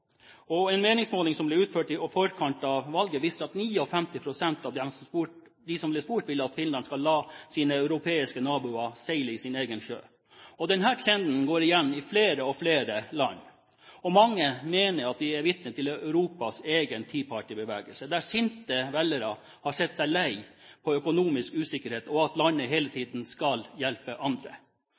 En meningsmåling som ble utført i forkant av valget, viste at 59 pst. av dem som ble spurt, ville at Finland skulle la sine europeiske naboer seile sin egen sjø. Denne trenden går igjen i flere og flere land. Mange mener at vi er vitne til Europas egen Tea Party-bevegelse, der sinte velgere har sett seg lei på økonomisk usikkerhet og at eget land hele tiden skal hjelpe andre.